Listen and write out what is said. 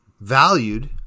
valued